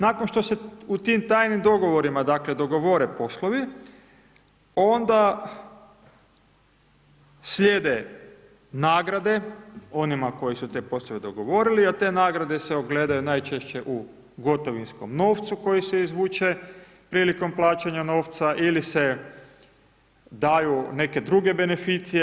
Nakon što se u tim tajnim dogovorima, dakle dogovore poslovi onda slijede nagrade onima koji su te poslove dogovorili a te nagrade se ogledaju najčešće u gotovinskom novcu koji se izvuče prilikom plaćanja novca ili se daju neke druge beneficije.